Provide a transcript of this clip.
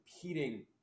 competing